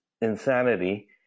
insanity